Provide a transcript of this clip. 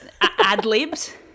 ad-libs